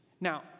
Now